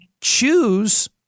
choose